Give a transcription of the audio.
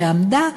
שעמדה,